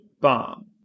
bomb